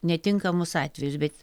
netinkamus atvejus bet